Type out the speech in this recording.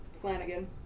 Flanagan